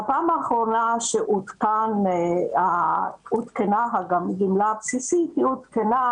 בפעם האחרונה שעודכנה הגמלה הבסיסית היא עודכנה